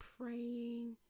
praying